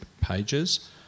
pages